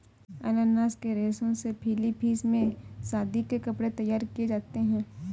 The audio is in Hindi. अनानास के रेशे से फिलीपींस में शादी के कपड़े तैयार किए जाते हैं